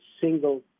single